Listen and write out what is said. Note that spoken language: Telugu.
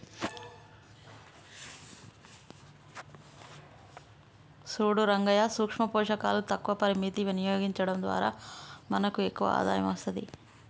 సూడు రంగయ్యా సూక్ష పోషకాలు తక్కువ పరిమితం వినియోగించడం ద్వారా మనకు ఎక్కువ ఆదాయం అస్తది